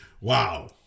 wow